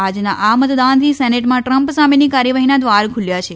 આજના આ મતદાનથી સેનેટમાં ટ્રમ્પ સામેની કાર્યવાહીના દ્વાર ખુલ્યા છે